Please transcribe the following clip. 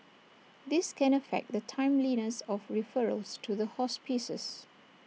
this can affect the timeliness of referrals to hospices